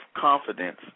confidence